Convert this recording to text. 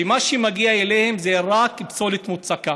שמה שמגיע אליהם זה רק פסולת מוצקה,